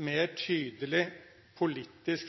mer tydelig politisk,